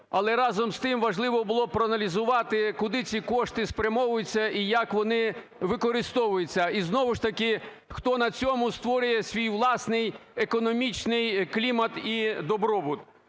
Але, разом з тим, важливо було б проаналізувати, куди ці кошти спрямовуються і як вони використовуються, і знову ж таки хто на цьому створює свій власний економічний клімат і добробут?